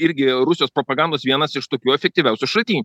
irgi rusijos propagandos vienas iš tokių efektyviausių šaltinių